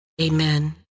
Amen